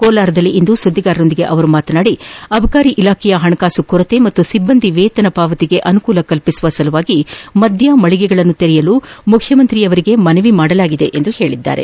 ಕೋಲಾರದಲ್ಲಿಂದು ಸುದ್ದಿಗಾರೊಂದಿಗೆ ಮಾತನಾಡಿದ ಅವರು ಅಬಕಾರಿ ಇಲಾಖೆಯ ಹಣಕಾಸು ಕೊರತೆ ಮತ್ತು ಸಿಬ್ಬಂದಿ ವೇತನ ಪಾವತಿಗೆ ಅನುಕೂಲ ಕಲ್ಪಿಸುವ ಸಲುವಾಗಿ ಮಧ್ಯಮಳಿಗೆಗಳನ್ನು ತೆರೆಯಲು ಮುಖ್ಯಮಂತ್ರಿಯವರಿಗೆ ಮನವಿ ಮಾಡಲಾಗಿದೆ ಎಂದರು